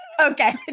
okay